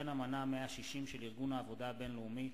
וכן אמנה 160 של ארגון העבודה הבין-לאומי